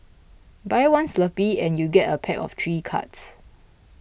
buy one Slurpee and you get a pack of three cards